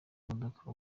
modoka